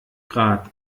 grad